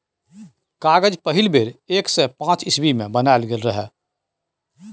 कागज पहिल बेर एक सय पांच इस्बी मे बनाएल गेल रहय